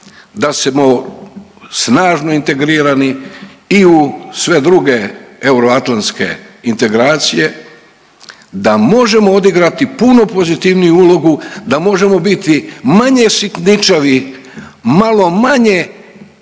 da smo snažno integrirani i u sve druge euroatlanske integracije, da možemo odigrati puno pozitivniju ulogu, da možemo biti manje sitničavi, malo manje